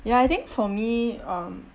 ya I think for me um